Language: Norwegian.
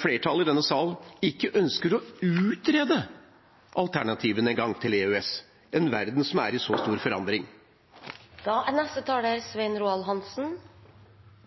flertallet i denne salen ikke engang ønsker å utrede alternativene til EØS – i en verden som er i så stor forandring. La meg først si, til representanten Reiten, at det er